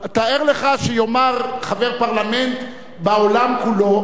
תאר לך שיאמר חבר פרלמנט בעולם כולו,